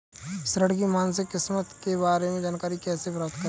ऋण की मासिक किस्त के बारे में जानकारी कैसे प्राप्त करें?